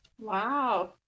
Wow